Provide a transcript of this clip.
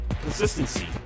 consistency